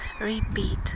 repeat